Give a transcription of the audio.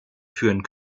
führen